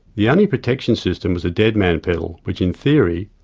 the only protection system was a deadman pedal, which in theory,